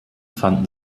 fanden